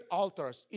altars